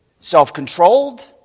self-controlled